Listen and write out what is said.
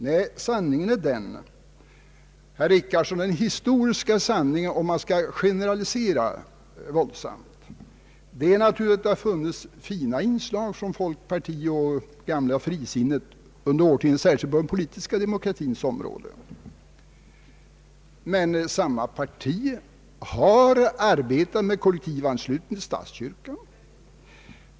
Om jag skall generalisera i stort sett, herr Richardson, är den historiska sanningen att det har funnits fina inslag från folkpartiets och det gamla frisinnade partiets sida under årtionden särskilt på den politiska demokratins område. Men folkpartiet har ju arbetat med kollektivanslutning till statskyrkan.